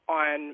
on